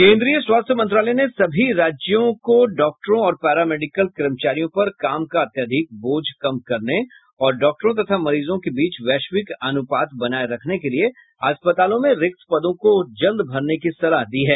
केंद्रीय स्वास्थ्य मंत्रालय ने सभी राज्यों के डॉक्टरों और पैरा मेडिकल कर्मचारियों पर काम का अत्यधिक बोझ कम करने और डॉक्टर तथा मरीजों के बीच वैश्विक अनूपात बनाये रखने के लिए अस्पतालों में रिक्त पदों को जल्द भरने की सलाह दी है